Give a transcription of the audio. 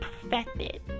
perfected